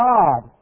God